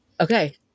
Okay